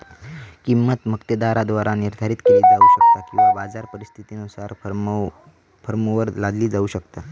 किंमत मक्तेदाराद्वारा निर्धारित केली जाऊ शकता किंवा बाजार परिस्थितीनुसार फर्मवर लादली जाऊ शकता